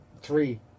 three